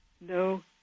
no